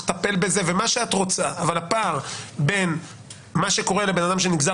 לטפל בזה ומה שאת רוצה אבל הפער בין מה שקורה לבן אדם שנגזר